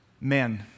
Men